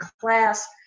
class